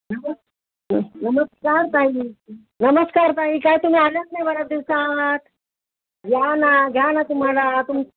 नमस्कार ताई नमस्कार ताई काय तुम्ही आल्याच नाही बऱ्याच दिवसात या ना घ्या ना तुम्हाला तुम